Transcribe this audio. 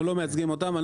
אנחנו לא מייצגים אותם.